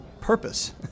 purpose